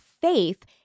faith